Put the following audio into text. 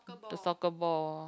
the soccer ball